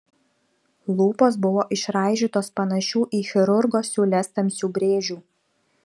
lūpos buvo išraižytos panašių į chirurgo siūles tamsių brėžių